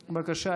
בבקשה,